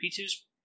P2's